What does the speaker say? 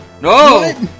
No